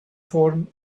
form